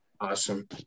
Awesome